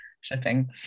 shipping